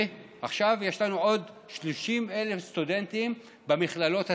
ויש לנו עוד 30,000 סטודנטים במכללות הציבוריות.